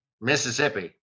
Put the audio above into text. Mississippi